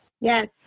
Yes